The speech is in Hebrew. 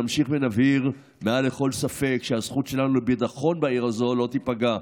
נמשיך ונבהיר מעל לכל ספק שהזכות שלנו לביטחון בעיר הזאת לא תיפגע.